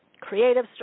creative